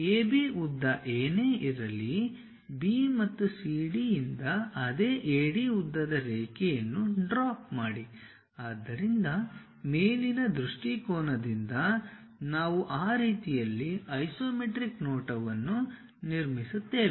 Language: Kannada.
AB ಉದ್ದ ಏನೇ ಇರಲಿ B ಮತ್ತು CD ಯಿಂದ ಅದೇ AD ಉದ್ದದ ರೇಖೆಯನ್ನು ಡ್ರಾಪ್ ಮಾಡಿ ಆದ್ದರಿಂದ ಮೇಲಿನ ದೃಷ್ಟಿಕೋನದಿಂದ ನಾವು ಆ ರೀತಿಯಲ್ಲಿ ಐಸೊಮೆಟ್ರಿಕ್ ನೋಟವನ್ನು ನಿರ್ಮಿಸುತ್ತೇವೆ